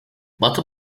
batı